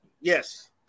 Yes